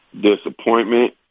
disappointment